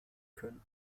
können